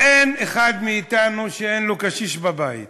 אין אחד מאתנו שאין לו קשיש בבית.